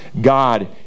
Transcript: God